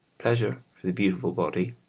pleasure for the beautiful body,